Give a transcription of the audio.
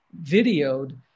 videoed